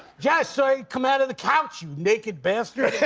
yeah. saw you come out of the couch you naked bastard.